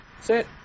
Sit